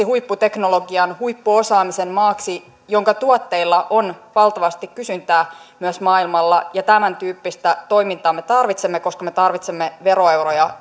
huipputeknologian huippuosaamisen maaksi jonka tuotteilla on valtavasti kysyntää myös maailmalla tämäntyyppistä toimintaa me tarvitsemme koska me tarvitsemme veroeuroja